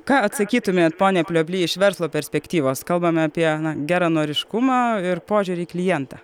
ką atsakytumėt pone plioply iš verslo perspektyvos kalbame apie geranoriškumą ir požiūrį į klientą